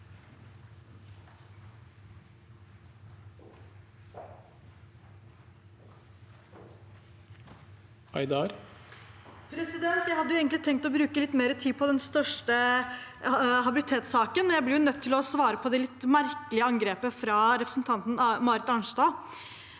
Jeg hadde egentlig tenkt å bruke litt mer tid på den største habilitetssaken, men jeg blir nødt til å svare på det litt merkelige angrepet fra representanten Marit Arnstad.